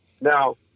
Now